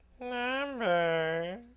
number